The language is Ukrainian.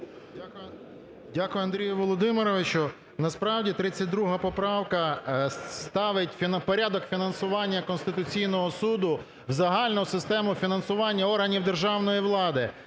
Дякую, Андрію Володимировичу. Насправді 32 поправка ставить порядок фінансування Конституційного Суду в загальну систему фінансування органів державної влади.